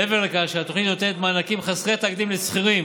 מעבר לכך שהתוכנית נותנת מענקים חסרי תקדים לשכירים,